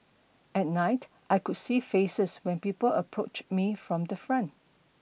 at night I could see faces when people approached me from the front